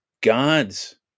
God's